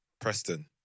Preston